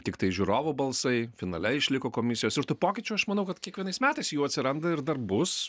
tiktai žiūrovų balsai finale išliko komisijos ir tų pokyčių aš manau kad kiekvienais metais jų atsiranda ir dar bus